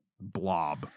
blob